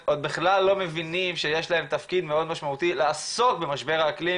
ואז כולם מבינים שכולם חווים את זה בצורה זו או אחרת.